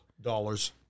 Dollars